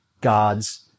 God's